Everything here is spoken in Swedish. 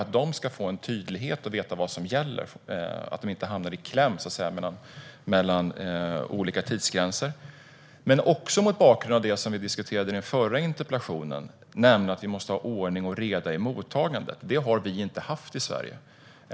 Det krävs tydlighet så att de vet vad som gäller och inte hamnar i kläm mellan olika tidsgränser. Bakgrunden är dock även det som vi diskuterade i anslutning till den förra interpellationen, nämligen att vi måste ha ordning och reda i mottagandet. Det har vi inte haft i Sverige.